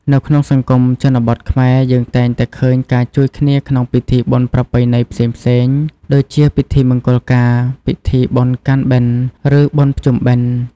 នៅក្នុងសង្គមជនបទខ្មែរ យើងតែងតែឃើញការជួយគ្នាក្នុងពិធីបុណ្យប្រពៃណីផ្សេងៗដូចជាពិធីមង្គលការ ពិធីបុណ្យកាន់បិណ្ឌ ឬបុណ្យភ្ជុំបិណ្ឌ។